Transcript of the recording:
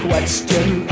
Question